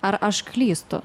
ar aš klystu